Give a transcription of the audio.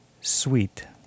Sweet